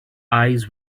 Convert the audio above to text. eyes